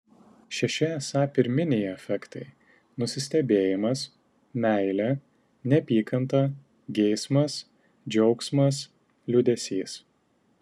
šeši esą pirminiai afektai nusistebėjimas meilė neapykanta geismas džiaugsmas liūdesys